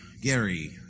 Gary